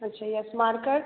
अच्छा yes marker